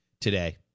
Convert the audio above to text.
today